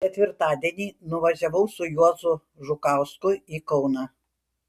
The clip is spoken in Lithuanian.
ketvirtadienį nuvažiavau su juozu žukausku į kauną